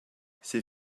c’est